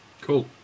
cool